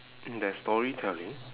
mm there's storytelling